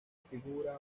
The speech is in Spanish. figura